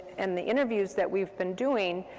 and the interviews that we've been doing,